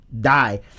die